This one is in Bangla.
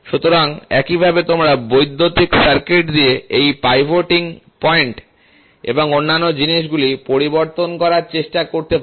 সুতরাং একইভাবে তোমরা বৈদ্যুতিক সার্কিট দিয়ে এই পাইভটিং পয়েন্ট এবং অন্যান্য জিনিসগুলিও পরিবর্তন করার চেষ্টা করতে পার